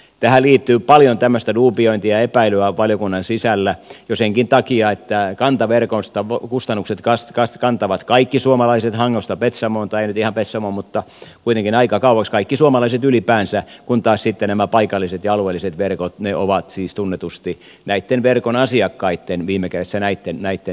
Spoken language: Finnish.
tähän liittyy paljon tämmöistä duubiointia ja epäilyä valiokunnan sisällä jo senkin takia että kantaverkosta kustannukset kantavat kaikki suomalaiset hangosta petsamoon tai ei nyt ihan petsamoon mutta kuitenkin aika kauas kaikki suomalaiset ylipäänsä kun taas sitten nämä paikalliset ja alueelliset verkot ovat siis tunnetusti viime kädessä näitten verkon asiakkaitten maksamia